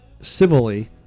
civilly